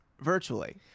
virtually